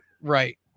Right